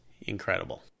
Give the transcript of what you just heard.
incredible